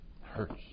hurts